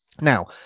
now